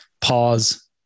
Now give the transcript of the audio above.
pause